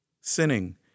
Sinning